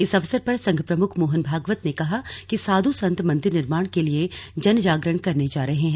इस अवसर पर संघ प्रमुख मोहन भागवत ने कहा कि साध् संत मंदिर निर्माण के लिए जनजागरण करने जा रहे है